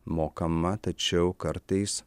mokama tačiau kartais